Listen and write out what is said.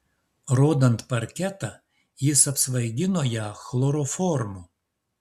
rodant parketą jis apsvaigino ją chloroformu